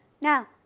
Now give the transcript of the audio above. Now